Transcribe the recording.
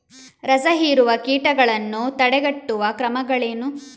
ರಸಹೀರುವ ಕೀಟಗಳನ್ನು ತಡೆಗಟ್ಟುವ ಕ್ರಮಗಳೇನು?